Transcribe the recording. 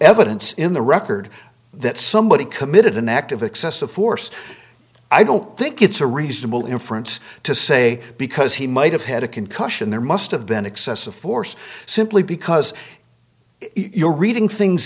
evidence in the record that somebody committed an act of excessive force i don't think it's a reasonable inference to say because he might have had a concussion there must have been excessive force simply because you're reading things